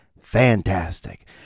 Fantastic